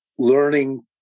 Learning